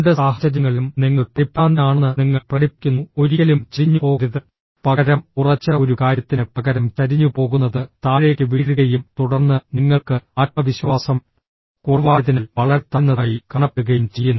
രണ്ട് സാഹചര്യങ്ങളിലും നിങ്ങൾ പരിഭ്രാന്തനാണെന്ന് നിങ്ങൾ പ്രകടിപ്പിക്കുന്നു ഒരിക്കലും ചരിഞ്ഞുപോകരുത് പകരം ഉറച്ച ഒരു കാര്യത്തിന് പകരം ചരിഞ്ഞുപോകുന്നത് താഴേക്ക് വീഴുകയും തുടർന്ന് നിങ്ങൾക്ക് ആത്മവിശ്വാസം കുറവായതിനാൽ വളരെ താഴ്ന്നതായി കാണപ്പെടുകയും ചെയ്യുന്നു